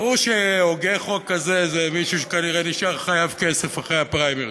ברור שהוגה חוק כזה זה מישהו שכנראה נשאר חייב כסף אחרי הפריימריז.